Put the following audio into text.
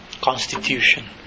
constitution